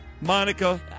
Monica